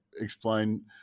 Explain